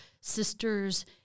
sisters